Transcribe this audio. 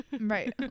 Right